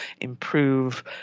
improve